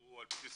שהוא על בסיס